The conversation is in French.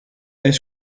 est